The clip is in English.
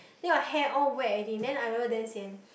then your hair all wet already then I don't know damn sian